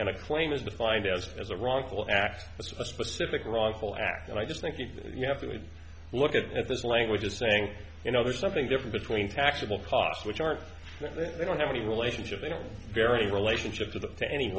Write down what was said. a claim is defined as as a wrongful act a specific wrongful act and i just think that you have to look at this language as saying you know there's something different between taxable costs which aren't they don't have any relationship they don't vary relationship to the to any